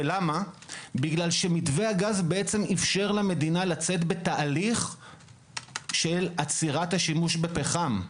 כי מתווה הגז אפשר למדינה לצאת בתהליך של עצירת השימוש בפחם.